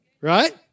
right